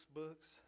books